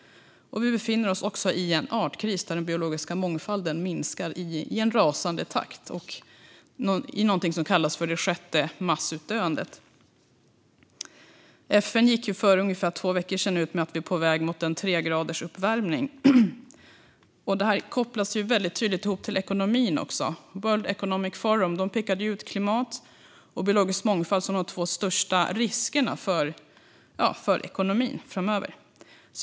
Vi befinner oss också i en artkris där den biologiska mångfalden minskar i en rasande takt i något som kallas det sjätte massutdöendet. FN gick för ungefär två veckor sedan ut med att vi är på väg mot en tregradersuppvärmning. Det kopplas tydligt ihop med ekonomin. World Economic Forum pekade ut klimat och biologisk mångfald som de två största riskerna för ekonomin framöver.